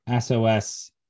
SOS